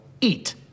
eat